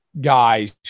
guys